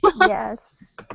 Yes